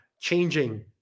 changing